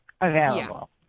available